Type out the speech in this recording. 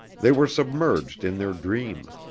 they were submerged in their dream.